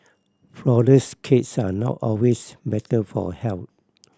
flourless cakes are not always better for health